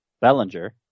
Bellinger